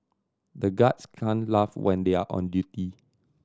the guards can't laugh when they are on duty